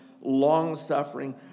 long-suffering